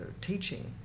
teaching